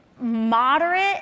moderate